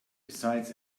besides